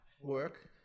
Work